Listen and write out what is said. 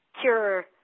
cure